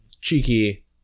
cheeky